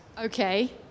Okay